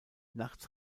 nachts